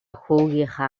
хүүгийнхээ